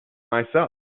myself